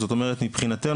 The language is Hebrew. זאת אומרת מבחינתנו,